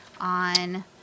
on